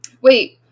Wait